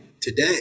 today